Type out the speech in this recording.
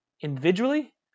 individually